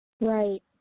Right